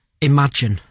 Imagine